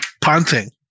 punting